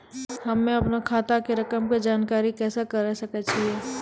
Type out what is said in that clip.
हम्मे अपनो खाता के रकम के जानकारी कैसे करे सकय छियै?